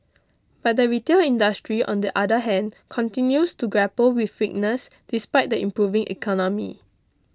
but the retail industry on the other hand continues to grapple with weakness despite the improving economy